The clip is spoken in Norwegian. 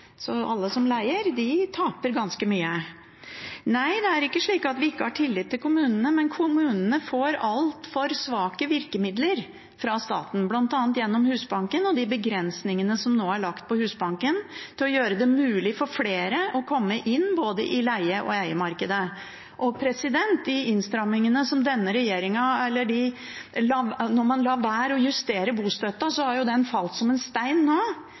Så alle som leier, taper ganske mye. Nei, det er ikke slik at vi ikke har tillit til kommunene, men kommunene får altfor svake virkemidler fra staten – bl.a. gjennom Husbanken og de begrensningene som nå er lagt på Husbanken – til å gjøre det mulig for flere å komme inn i både leie- og eiemarkedet. Innstramminger har denne regjeringen gjort ved at man har latt være å justere bostøtten, som jo har falt som en stein. Da kan man spørre kommunene hva de synes om det, for nå